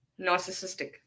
narcissistic